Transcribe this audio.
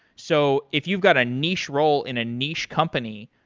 so if you've got a niche role in a niche company,